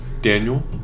Daniel